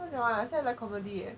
why don't want I say I like comedy eh